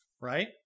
right